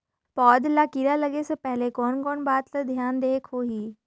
पौध ला कीरा लगे से पहले कोन कोन बात ला धियान देहेक होही?